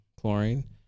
chlorine